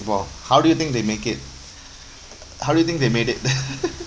!wow! how do you think they make it how do you think they made it